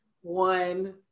one